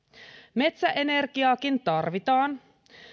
metsäenergiaakin tarvitaan